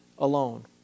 Alone